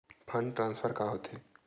Fund transfer का होथे?